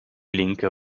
linke